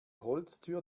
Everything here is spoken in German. holztür